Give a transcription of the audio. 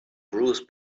bruce